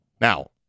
Now